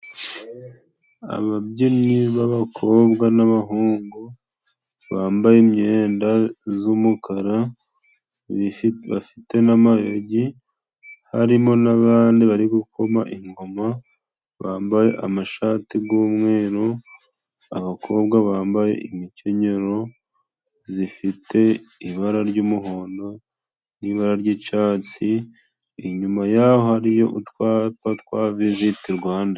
Ababyinnyi b'abakobwa n'abahungu bambaye imyenda z'umukara, bafite n'amayogi. Harimo n'abandi bari gukoma ingoma, bambaye amashati g'umweru. Abakobwa bambaye imikenyero zifite ibara ry'umuhondo n'ibara ry'icatsi. Inyuma y'aho hariyo utwapa twa visite Rwanda.